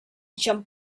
jump